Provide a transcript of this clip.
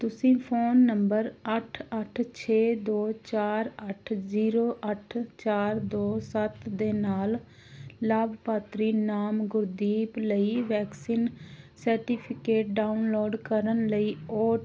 ਤੁਸੀਂ phone number ਅੱਠ ਅੱਠ ਛੇ ਦੋ ਚਾਰ ਅੱਠ ਜ਼ੀਰੋ ਅੱਠ ਚਾਰ ਦੋ ਸੱਤ ਦੇ ਨਾਲ ਲਾਭਪਾਤਰੀ ਨਾਮ ਗੁਰਦੀਪ ਲਈ ਵੈਕਸੀਨ ਸਰਟੀਫਿਕੇਟ ਡਾਊਨਲੋਡ ਕਰਨ ਲਈ ਓ